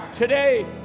Today